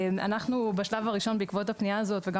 אנחנו בשלב הראשון בעקבות הפנייה הזאת וגם